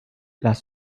las